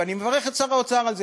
ואני מברך את שר האוצר על זה,